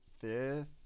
fifth